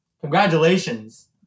congratulations